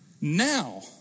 Now